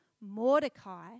Mordecai